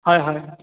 হয় হয়